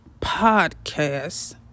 podcast